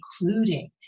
including